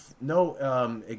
no